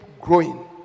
growing